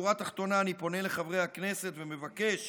בשורה התחתונה אני פונה אל חברי הכנסת ומבקש